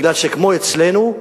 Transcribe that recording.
בגלל שכמו אצלנו,